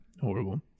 Horrible